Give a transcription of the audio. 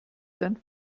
denn